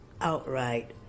outright